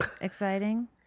Exciting